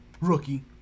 rookie